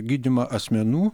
gydymą asmenų